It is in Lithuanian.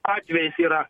atvejis yra